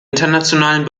internationalen